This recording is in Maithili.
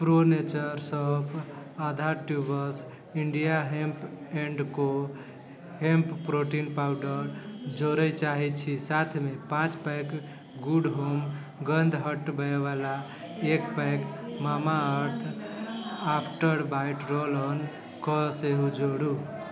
प्रो नेचर शॉप आधा ट्युबस इंडिया हेम्प एंड को हेम्प प्रोटीन पाउडर जोड़ै चाहैत छी साथमे पाँच पैक गुड होम गन्ध हटबै वला एक pack Mamaearth after bite roll on कऽ सेहो जोडु